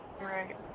Right